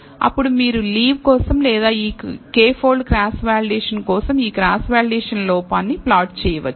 అప్పుడు మీరు లీవ్ కోసం లేదా ఈ k పోల్డ్ క్రాస్ వాలిడేషన్ కోసం ఈ క్రాస్ వాలిడేషన్ లోపాన్ని ప్లాట్ చేయవచ్చు